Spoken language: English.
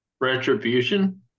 Retribution